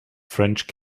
french